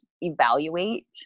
evaluate